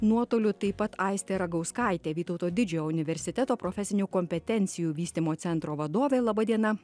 nuotoliu taip pat aistė ragauskaitė vytauto didžiojo universiteto profesinių kompetencijų vystymo centro vadovė laba diena